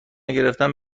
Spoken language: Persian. گرفتن